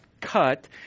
cut